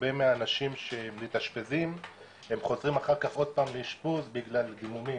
הרבה מהאנשים שמתאשפזים הם חותרים אחר כך עוד פעם לאשפוז בגלל דימומים,